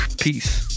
peace